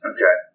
Okay